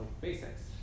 basics